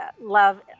love